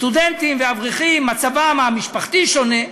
סטודנטים ואברכים, מצבם המשפחתי שונה.